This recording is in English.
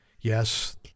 Yes